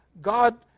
God